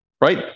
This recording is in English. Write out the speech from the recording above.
right